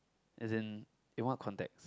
as in in what context